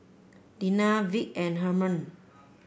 Dena Vic and Hermann